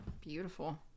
Beautiful